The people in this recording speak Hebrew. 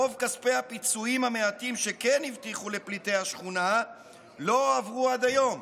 רוב כספי הפיצויים המעטים שכן הבטיחו לפליטי השכונה לא עברו עד היום.